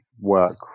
work